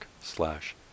slash